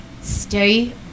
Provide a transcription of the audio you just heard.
stay